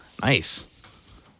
nice